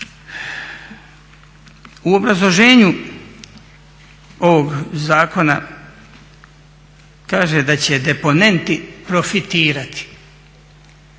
U obrazloženju ovog zakona kaže da će deponenti profitirati,